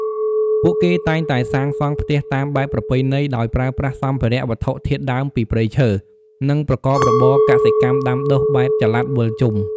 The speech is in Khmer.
ពួកគេតែងតែសាងសង់ផ្ទះតាមបែបប្រពៃណីដោយប្រើប្រាស់សម្ភារៈវត្ថុធាតុដើមពីព្រៃឈើ និងប្រកបរបរកសិកម្មដាំដុះបែបចល័តវិលជុំ។